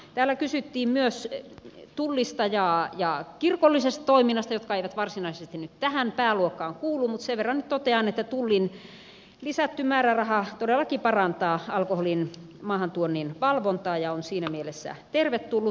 täällä kysyttiin myös tullista ja kirkollisesta toiminnasta jotka eivät varsinaisesti nyt tähän pääluokkaan kuulu mutta sen verran nyt totean että tullin lisätty määräraha todellakin parantaa alkoholin maahantuonnin valvontaa ja on siinä mielessä tervetullut